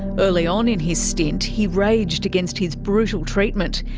early on in his stint, he raged against his brutal treatment.